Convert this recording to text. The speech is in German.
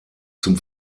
zum